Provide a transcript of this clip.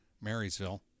Marysville